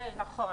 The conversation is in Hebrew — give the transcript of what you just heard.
נכון.